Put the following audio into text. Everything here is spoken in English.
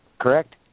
correct